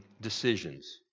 decisions